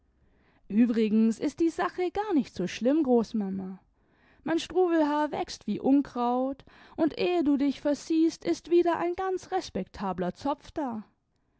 uebrigens ist die sache gar nicht so schlimm großmama mein struwwelhaar wächst wie unkraut und ehe du dich versiehst ist wieder ein ganz respektabler zopf da